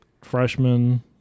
freshman